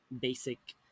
basic